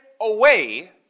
away